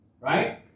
Right